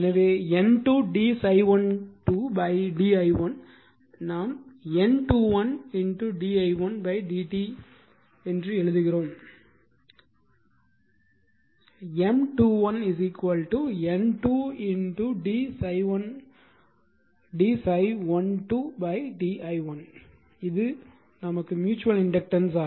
எனவே N2 d ∅12 d i1 நாம் N21 d i1 dt எங்கே எழுதுகிறோம் M21 N2 d ∅1 d ∅12 d i1 இது உண்மையில் ம்யூச்சுவல் இண்டக்டன்ஸ்